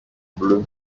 bleu